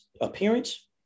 appearance